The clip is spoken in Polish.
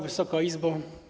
Wysoka Izbo!